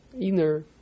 inner